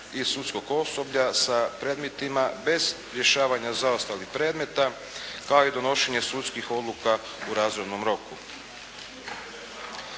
i sudskog osoblja sa predmetima bez rješavanja zaostalih predmeta, kao i donošenje sudskih odluka u razvojnom roku.